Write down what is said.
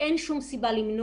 תודה.